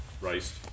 raced